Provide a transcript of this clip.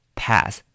pass